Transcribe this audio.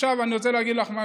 עכשיו אני רוצה להגיד לך משהו,